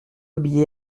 billets